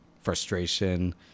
frustration